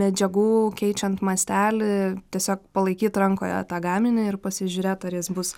medžiagų keičiant mastelį tiesiog palaikyt rankoje tą gaminį ir pasižiūrėt ar jis bus